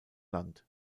land